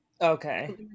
Okay